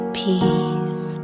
peace